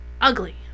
ugly